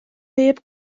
neb